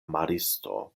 maristo